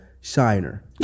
shiner